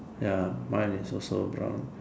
ya mine is also brown